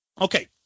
Okay